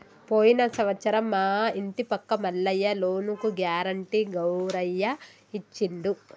పోయిన సంవత్సరం మా ఇంటి పక్క మల్లయ్య లోనుకి గ్యారెంటీ గౌరయ్య ఇచ్చిండు